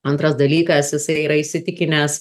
antras dalykas jisai yra įsitikinęs